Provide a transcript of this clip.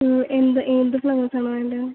എന്ത് എന്ത് ഫ്ലവേഴ്സാണ് വേണ്ടത്